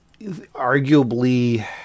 arguably